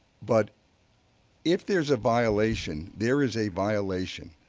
but if there is a violation, there is a violation,